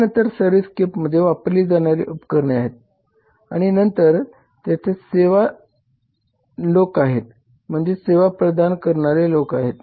त्यानंतर सर्व्हिसस्केपमध्ये वापरली जाणारी उपकरणे आहेत आणि नंतर तेथे सेवा लोक आहेत म्हणजे सेवा प्रदान करणारे लोक आहेत